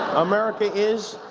america is,